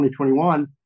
2021